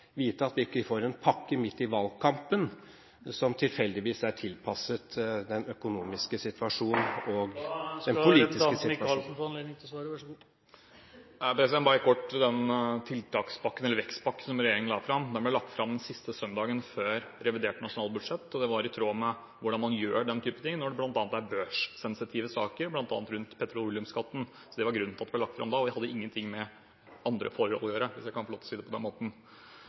vite at vi ikke får en pakke midt i valgkampen som tilfeldigvis er tilpasset den økonomiske situasjonen og den politiske situasjonen? Bare kort til den tiltakspakken, vekstpakken, som regjeringen la fram. Den ble lagt fram den siste søndagen før revidert nasjonalbudsjett, i tråd med hvordan man gjør den type ting når det er børssensitive saker, bl.a. rundt petroleumsskatten. Det var grunnen til at den ble lagt fram da. Det hadde ingenting med andre forhold å gjøre, hvis jeg kan få lov til å si det på den måten.